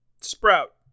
Sprout